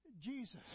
Jesus